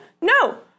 No